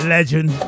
Legend